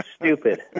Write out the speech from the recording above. stupid